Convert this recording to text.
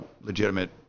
legitimate